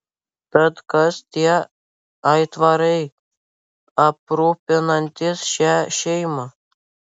tad kas tie aitvarai aprūpinantys šią šeimą